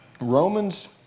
Romans